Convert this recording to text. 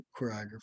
choreographer